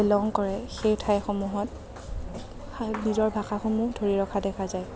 belong কৰে সেই ঠাইসমূহত ভাল নিজৰ ভাষাসমূহ ধৰি ৰখা দেখা যায়